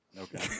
Okay